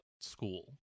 school